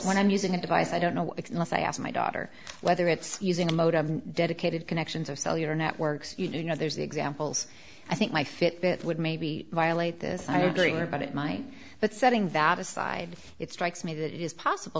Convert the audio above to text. when i'm using a device i don't know if i asked my daughter whether it's using a modem dedicated connections or cellular networks you know there's the examples i think my fitbit would maybe violate this i agree or but it might but setting that aside it strikes me that it is possible